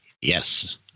yes